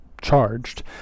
charged